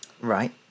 right